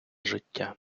життя